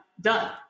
done